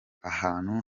ahantu